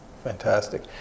Fantastic